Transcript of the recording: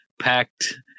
packed